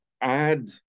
add